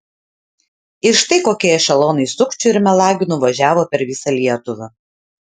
ir štai kokie ešelonai sukčių ir melagių nuvažiavo per visą lietuvą